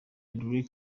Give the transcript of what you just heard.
drake